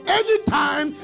anytime